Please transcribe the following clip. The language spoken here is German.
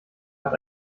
hat